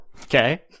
Okay